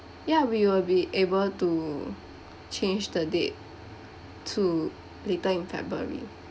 ya we will be able to change the date to later in february